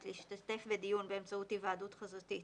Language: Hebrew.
להשתתף בדיון באמצעות היוועדות חזותית